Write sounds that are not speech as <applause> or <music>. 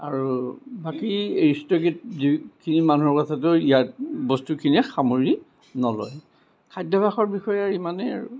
আৰু বাকী <unintelligible> যিখিনি মানুহৰ কথাটো ইয়াত বস্তুখিনিয়ে সামৰি নলয় খাদ্যাভাসৰ বিষয়ে আৰু ইমানেই আৰু